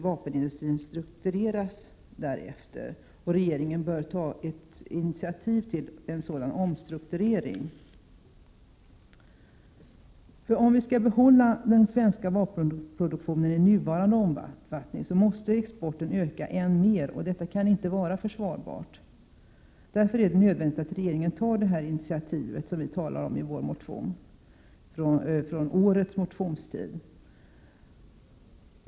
Vapenindustrin bör struktureras därefter, och regeringen bör ta initiativ till en sådan omstrukturering. Om vi skall behålla svensk vapenproduktion av nuvarande omfattning, måste exporten öka ännu mer. Men detta kan inte vara försvarbart. Därför är det nödvändigt att regeringen tar initiativ till de åtgärder som vi talar om i vår motion från årets motionstid.